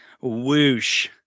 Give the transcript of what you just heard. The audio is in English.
Whoosh